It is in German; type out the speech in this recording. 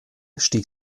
stieg